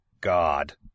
God